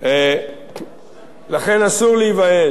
לכן, אסור להיוואש.